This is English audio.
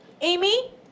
Amy